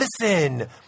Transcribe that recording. Listen